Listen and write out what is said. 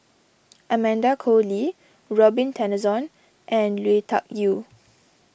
Amanda Koe Lee Robin Tessensohn and Lui Tuck Yew